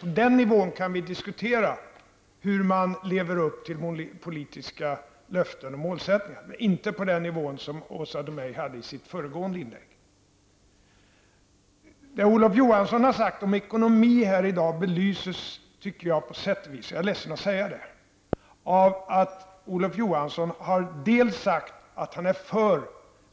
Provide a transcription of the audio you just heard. På den nivån kan vi diskutera hur man lever upp till politiska löften och målsättningar, men inte på den nivå som kännetecknade Åsa Domeijs föregående inlägg. Vad Olof Johansson har sagt om ekonomi här i dag belyses, tycker jag, på sätt och vis -- jag är ledsen att behöva säga det -- av att Olof Johansson har uttalat att han är för